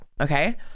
okay